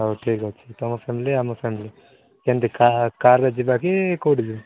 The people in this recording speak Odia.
ହଉ ଠିକ୍ ଅଛି ତୁମ ଫ୍ୟାମିଲି ଆମ ଫ୍ୟାମିଲି କେମତି କାର୍ରେ ଯିବା କି କୋଉଠି